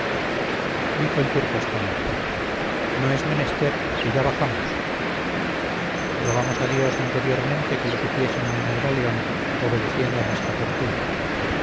dijo el turco español no es menester que ya bajamos rogamos a dios interiormente que lo supiesen en el galeón obedeciendo a nuestra fortuna